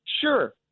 sure